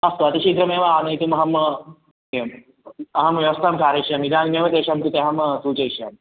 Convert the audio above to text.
अस्तु अतिशीघ्रमेव आनयितुमहं एवं अहं व्यवस्थां कारयिष्यामि इदानीमेव तेषां कृते अहं सूचयिष्यामि